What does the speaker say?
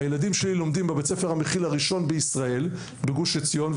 הילדים שלי לומדים בבית ספר המכיל הראשון בישראל בגוש עציון,